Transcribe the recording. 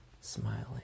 Smiling